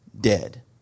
dead